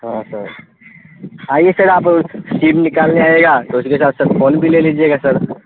ہاں سر آئیے سر آپ سیم نکالنے آئیے گا تو اس کے ساتھ ساتھ فون بھی لے لیجیے گا سر